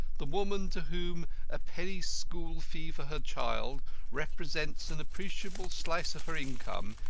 the woman, to whom a penny school fee for her child represents an appreciable slice of her income,